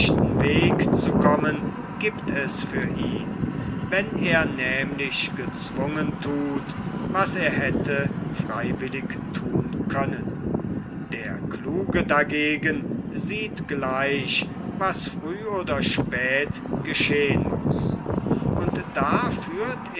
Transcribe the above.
weg zu kommen giebt es für ihn wann er nämlich gezwungen thut was er hätte freiwillig thun können der kluge dagegen sieht gleich was früh oder spät geschehn muß und da